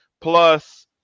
plus